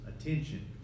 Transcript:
Attention